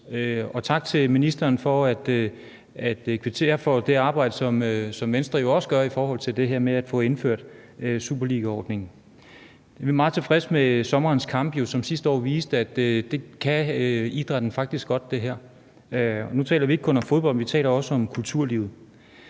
Tak til ministeren for at kvittere for det arbejde, som Venstre jo også gør i forhold til det her med at få indført superligaordningen. Vi er meget tilfredse med sommerens kampe, som sidste år viste, at idrætten faktisk godt kan det her. Nu taler vi ikke kun om fodbold, vi taler også om kulturlivet.